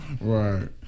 Right